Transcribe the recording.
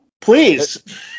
please